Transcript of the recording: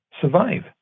survive